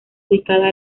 ubicada